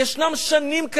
וישנן שנים כאלה,